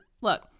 look